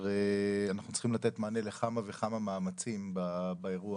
אנחנו צריכים לתת מענה לכמה מאמצים באירוע.